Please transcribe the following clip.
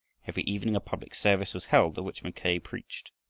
every evening a public service was held at which mackay preached.